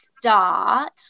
start